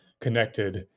connected